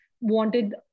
wanted